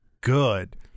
good